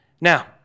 Now